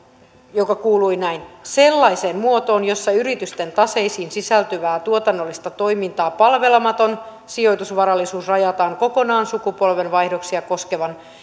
joka kuului näin sellaiseen muotoon jossa yritysten taseisiin sisältyvä tuotannollista toimintaa palvelematon sijoitusvarallisuus rajataan kokonaan sukupolvenvaihdoksia koskevan